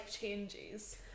changes